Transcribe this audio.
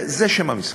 זה שם המשחק.